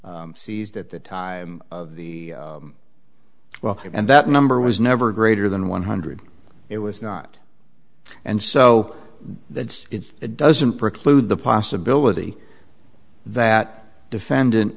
seized at the time of the well and that number was never greater than one hundred it was not and so that doesn't preclude the possibility that defendant